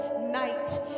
night